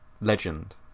Legend